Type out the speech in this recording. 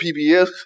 PBS